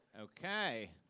Okay